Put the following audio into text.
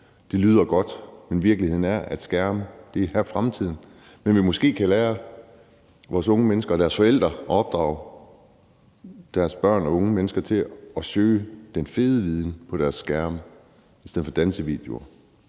Det lyder godt, men virkeligheden er, at skærme er fremtiden. Men vi kan måske lære unge mennesker og lære deres forældre at opdrage deres børn og unge mennesker til at søge den fede viden på deres skærme i stedet for dansevideoer.